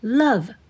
love